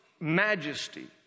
majesty